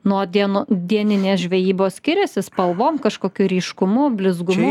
nuo dien dieninės žvejybos skiriasi spalvom kažkokiu ryškumu blizgumu